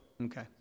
Okay